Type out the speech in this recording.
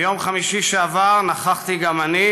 ביום חמישי שעבר נכחתי גם אני,